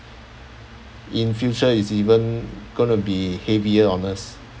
in future is even going to be heavier on us